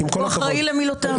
הוא אחראי למילותיו.